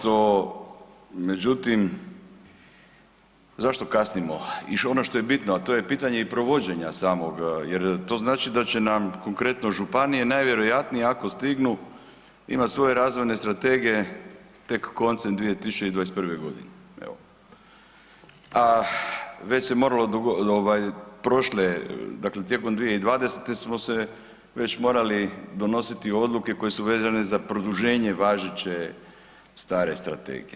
Ono što međutim zašto kasnimo i ono što je bitno a to je i pitanje provođenja samog, jer to znači da će nam konkretno županije najvjerojatnije ako stignu imat svoje razvojne strategije tek koncem 2021. godine, a već se moralo prošle, dakle tijekom 2020. smo se već morali donositi odluke koje su vezane za produženje važeće stare strategije.